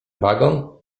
wagon